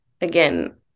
again